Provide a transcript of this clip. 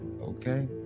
okay